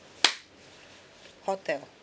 hotel